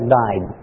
died